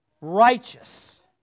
righteous